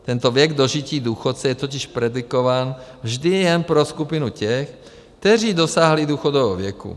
Tento věk dožití důchodce je totiž predikován vždy jen pro skupinu těch, kteří dosáhli důchodového věku.